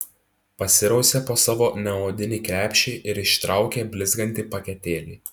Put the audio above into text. pasirausė po savo neodinį krepšį ir ištraukė blizgantį paketėlį